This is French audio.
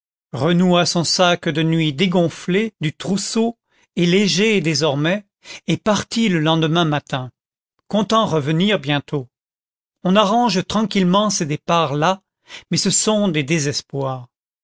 renoua son sac de nuit dégonflé du trousseau et léger désormais et partit le lendemain matin comptant revenir bientôt on arrange tranquillement ces départs là mais ce sont des désespoirs